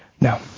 Now